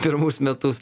pirmus metus